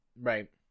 Right